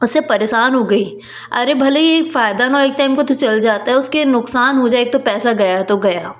मैं परेशान हो गई अरे भले ही एक फ़ायदा न हो एक टाइम को तो चल जाता उसके नुकसान हो जाए एक तो पैसा गया तो गया